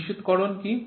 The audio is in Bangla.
নিশ্চিতকরণ কী